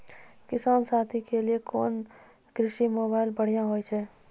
किसान साथी के लिए कोन कृषि मोबाइल बढ़िया होय छै?